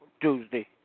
Tuesday